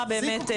פה